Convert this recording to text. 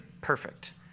perfect